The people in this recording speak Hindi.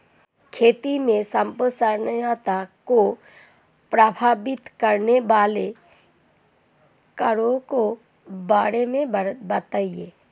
खेती में संपोषणीयता को प्रभावित करने वाले कारकों के बारे में बताइये